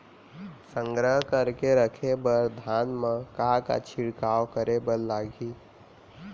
संग्रह करके रखे बर धान मा का का छिड़काव करे बर लागही?